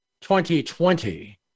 2020